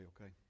okay